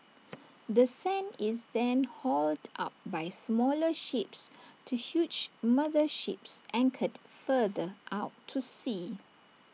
the sand is then hauled up by smaller ships to huge mother ships anchored further out to sea